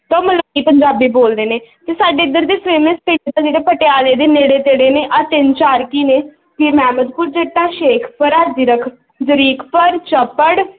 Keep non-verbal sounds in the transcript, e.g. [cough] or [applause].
[unintelligible] ਪੰਜਾਬੀ ਬੋਲਦੇ ਨੇ ਅਤੇ ਸਾਡੇ ਇੱਧਰ ਦੇ ਫੇਮਸ ਪਿੰਡ ਨੇ ਜਿਹੜੇ ਪਟਿਆਲੇ ਦੇ ਨੇੜੇ ਤੇੜੇ ਨੇ ਆਹ ਤਿੰਨ ਚਾਰ ਕੁ ਨੇ ਫਿਰ ਮੈਮਦਪੁਰ ਜੱਟਾਂ ਸ਼ੇਖਪੁਰਾ ਜ਼ੀਰਕ ਜਰੀਕਪੁਰ ਚਪੜ